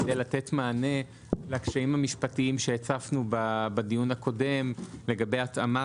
כדי לתת מענה לקשיים המשפטיים שהצפנו בדיון הקודם לגבי התאמת